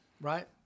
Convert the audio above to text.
right